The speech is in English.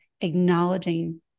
acknowledging